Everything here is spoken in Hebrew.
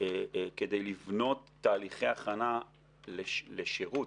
כדי לבנות תהליכי הכנה לשירות,